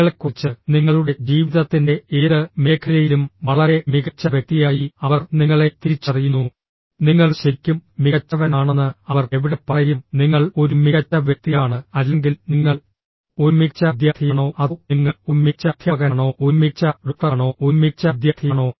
നിങ്ങളെക്കുറിച്ച് നിങ്ങളുടെ ജീവിതത്തിന്റെ ഏത് മേഖലയിലും വളരെ മികച്ച വ്യക്തിയായി അവർ നിങ്ങളെ തിരിച്ചറിയുന്നു നിങ്ങൾ ശരിക്കും മികച്ചവനാണെന്ന് അവർ എവിടെ പറയും നിങ്ങൾ ഒരു മികച്ച വ്യക്തിയാണ് അല്ലെങ്കിൽ നിങ്ങൾ ഒരു മികച്ച വിദ്യാർത്ഥിയാണോ അതോ നിങ്ങൾ ഒരു മികച്ച അധ്യാപകനാണോ ഒരു മികച്ച ഡോക്ടറാണോ ഒരു മികച്ച വിദ്യാർത്ഥിയാണോ